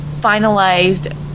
finalized